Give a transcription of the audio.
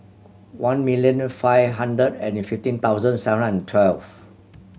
one million five hundred and fifteen thousand seven hundred and twelve